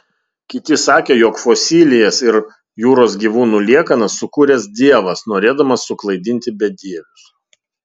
kiti sakė jog fosilijas ir jūros gyvūnų liekanas sukūręs dievas norėdamas suklaidinti bedievius